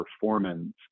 performance